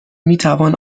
میتوان